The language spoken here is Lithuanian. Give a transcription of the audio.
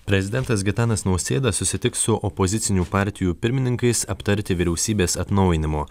prezidentas gitanas nausėda susitiks su opozicinių partijų pirmininkais aptarti vyriausybės atnaujinimo